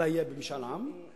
אלא תהיה במשאל עם,